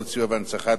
התשס"ו 2006,